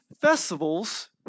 festivals